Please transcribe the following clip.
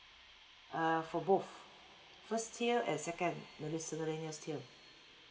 err for both first year and second the miscellaneous tier